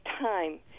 time